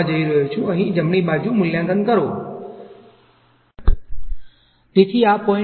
તેથી જ્યારે હું આ કરીશ ત્યારે હું તેને આ રીતે લખીશ તો ચાલો આપણે તેને અહીં લખી દઈએ માફ કરજો આ હું લખવા જઈ રહ્યો છું